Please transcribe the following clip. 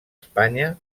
espanya